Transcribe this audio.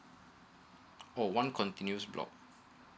oh one continues block